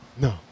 No